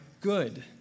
good